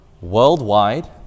worldwide